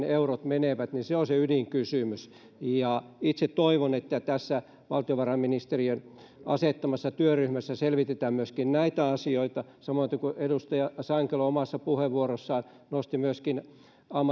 eurot siten menevät on se ydinkysymys itse toivon että tässä valtiovarainministeriön asettamassa työryhmässä selvitetään myöskin näitä asioita samoiten kuin edustaja sankelo omassa puheenvuorossaan nosti myöskin